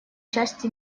части